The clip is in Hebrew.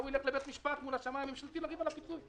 ההוא ילך לבית המשפט מול השמאי הממשלתי ויריב על הפיצוי.